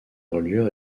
reliure